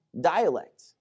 dialect